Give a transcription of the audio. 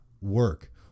work